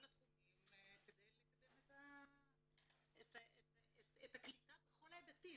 התחומים כדי לקדם את הקליטה בכל ההיבטים,